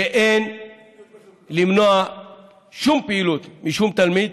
שאין למנוע שום פעילות משום תלמיד